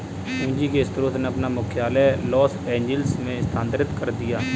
पूंजी के स्रोत ने अपना मुख्यालय लॉस एंजिल्स में स्थानांतरित कर दिया